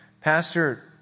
Pastor